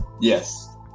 yes